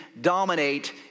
dominate